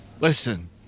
Listen